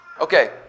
Okay